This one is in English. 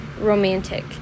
romantic